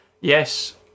yes